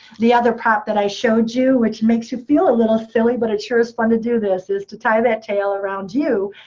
the other prop that i showed you, which makes you feel a little silly but it sure is fun to do this, is to tie that tail around you,